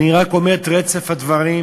אני רק אומר את רצף הדברים,